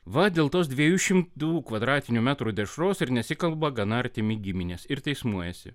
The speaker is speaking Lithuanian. va dėl tos dviejų šimtų kvadratinių metrų dešros ir nesikalba gana artimi giminės ir teismuojasi